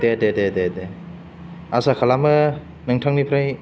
दे दे दे दे दे आसा खालामो नोंथांनिफ्राय